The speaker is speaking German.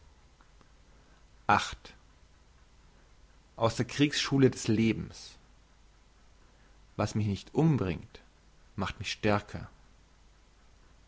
aus der kriegsschule des lebens was mich nicht umbringt macht mich stärker